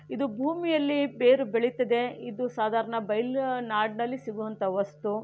ಇದು ಭೂಮಿಯಲ್ಲಿ ಬೇರು ಬೆಳೀತದೆ ಇದು ಸಾಧಾರಣ ಬಯಲುನಾಡಿನಲ್ಲಿ ಸಿಗೋವಂಥ ವಸ್ತು